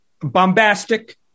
bombastic